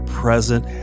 present